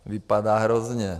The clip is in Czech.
Vypadá hrozně.